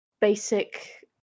basic